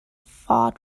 fought